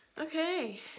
Okay